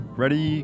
ready